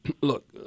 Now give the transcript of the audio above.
look